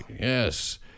Yes